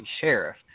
sheriff